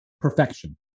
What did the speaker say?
perfection